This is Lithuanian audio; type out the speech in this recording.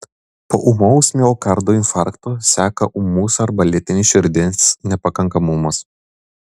po ūmaus miokardo infarkto seka ūmus arba lėtinis širdies nepakankamumas